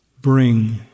Bring